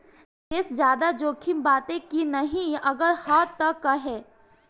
निवेस ज्यादा जोकिम बाटे कि नाहीं अगर हा तह काहे?